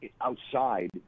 outside